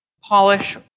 polish